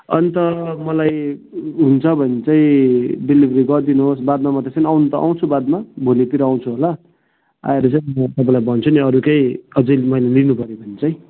अन्त मलाई हुन्छ भने चाहिँ डेलिभरी गरिदिनु होस् बादमा म त्यसै न आउनु त आउँछु बादमा भोलितिर आउँछु होला आएर चाहिँ म तपाईँलाई भन्छु नि अरू केही अझै मैले लिनुपऱ्यो भने चाहिँ